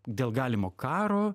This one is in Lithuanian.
dėl galimo karo